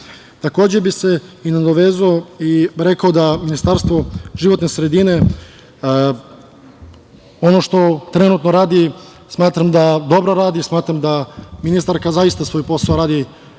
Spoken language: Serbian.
bih se nadovezao i rekao da Ministarstvo životne sredine, ono što trenutno radi smatram da dobro radi, smatram da ministarka zaista svoj posao radi